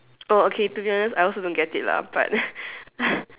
oh okay to be honest I also don't get it lah but